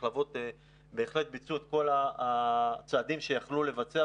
המחלבות בהחלט ביצעו את כל הצעדים שיכלו לבצע